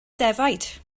defaid